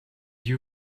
you